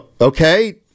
Okay